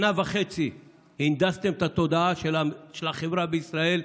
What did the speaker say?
שנה וחצי הנדסתם את התודעה של החברה בישראל,